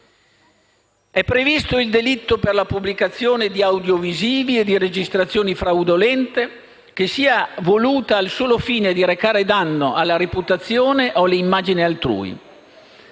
È previsto il delitto per la pubblicazione di audiovisivi e di registrazioni fraudolente che sia voluta al solo fine di recare danno alla reputazione o all'immagine altrui.